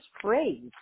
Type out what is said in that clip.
phrase